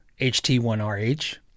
HT1RH